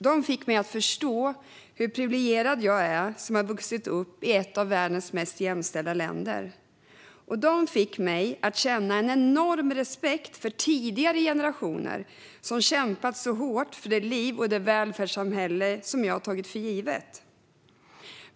De fick mig att förstå hur privilegierad jag är som har vuxit upp i ett av världens mest jämställda länder. Och de fick mig känna en enorm respekt för tidigare generationer, som kämpat så hårt för det liv och det välfärdssamhälle som jag tagit för givet.